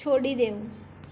છોડી દેવું